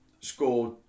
scored